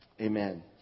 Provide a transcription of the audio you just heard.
Amen